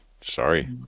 sorry